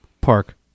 park